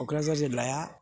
क'क्राझार जिल्लाया